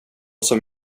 som